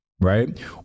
Right